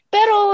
Pero